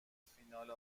فینال